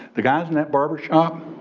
the guys in that barber shop,